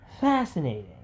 fascinating